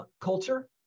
culture